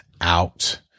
out